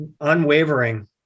unwavering